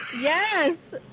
Yes